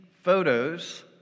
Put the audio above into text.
photos